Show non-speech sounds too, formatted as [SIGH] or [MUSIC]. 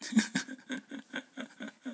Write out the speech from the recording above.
[LAUGHS]